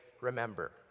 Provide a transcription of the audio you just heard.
remember